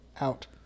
Out